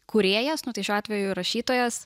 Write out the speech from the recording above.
kūrėjas nu tai šiuo atveju rašytojas